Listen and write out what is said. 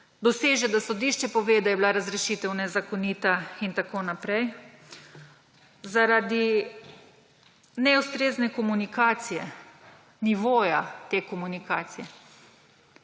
doseže, da sodišče pove, da je bila razrešitev nezakonita in tako naprej − zaradi neustrezne komunikacije, nivoja te komunikacije,